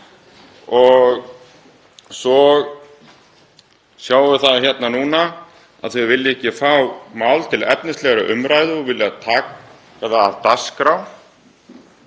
Svo sjáum við núna að þau vilja ekki fá mál til efnislegrar umræðu og vilja taka það af dagskrá.